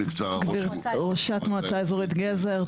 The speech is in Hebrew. ראשת מועצה אזורית גזר.